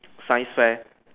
science fair